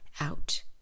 out